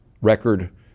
record